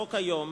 בנוסחו כיום,